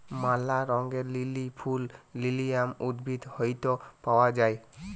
ম্যালা রঙের লিলি ফুল লিলিয়াম উদ্ভিদ হইত পাওয়া যায়